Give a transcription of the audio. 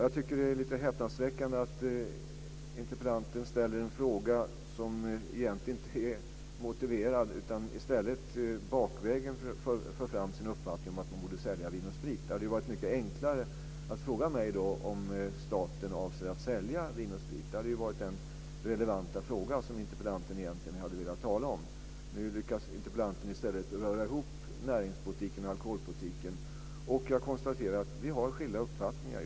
Jag tycker att det är häpnadsväckande att interpellanten ställer en fråga som egentligen inte är motiverad. I stället för hon fram sin uppfattning bakvägen om att man borde sälja ut Vin & Sprit. Det hade varit enklare att fråga mig om staten avser att sälja Vin & Sprit. Det hade varit den relevanta frågan som interpellanten egentligen hade velat tala om. Nu lyckades interpellanten i stället röra ihop näringspolitiken och alkoholpolitiken. Jag konstaterar att vi har skilda uppfattningar.